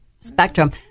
spectrum